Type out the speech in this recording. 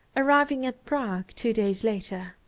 arriving at prague two days later.